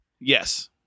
Yes